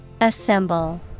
Assemble